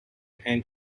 and